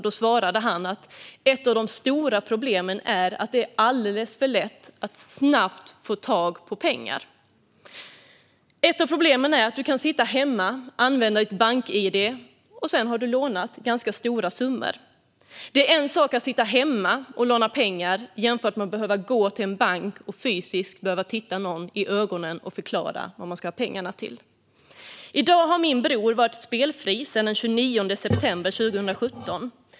Då svarade han att ett av de stora problemen är att det är alldeles för lätt att snabbt få tag i pengar. Man kan sitta hemma och använda sitt bank-id och snabbt låna ganska stora summor. Det är en sak att sitta hemma och låna pengar och en helt annan att behöva gå till en bank och fysiskt behöva titta någon i ögonen och förklara vad man ska ha pengarna till. I dag har min bror varit spelfri sedan den 29 september 2017.